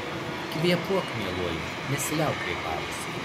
kvėpuok mieloji nesiliauk kvėpavusi